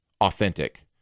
authentic